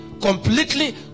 Completely